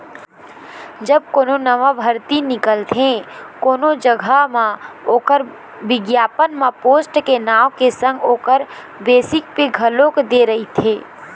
जब कोनो नवा भरती निकलथे कोनो जघा म ओखर बिग्यापन म पोस्ट के नांव के संग ओखर बेसिक पे घलोक दे रहिथे